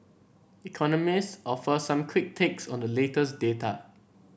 economists offer some quick takes on the latest data